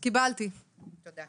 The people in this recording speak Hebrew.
קבלתי, תודה.